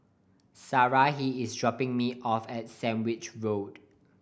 Sarahi is dropping me off at Sandwich Road